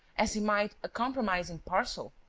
as he might a compromising parcel,